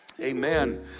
amen